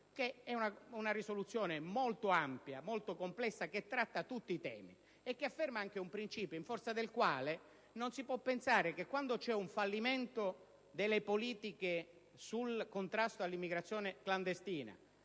esteri. Essa è molto ampia, molto complessa, tratta tutti i temi e afferma anche un principio in forza del quale non si può pensare che quando c'è un fallimento delle politiche sul contrasto all'immigrazione clandestina